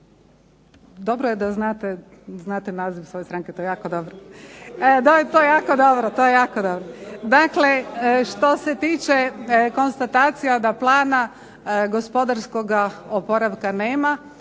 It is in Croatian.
dobro je da znate naziv svoje stranke, to je jako dobro. To je jako dobro. Dakle, što se tiče konstatacija da plana gospodarskoga oporavka nema,